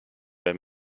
wenn